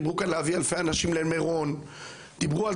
דיברו כאן להביא אלפי אנשים למירון,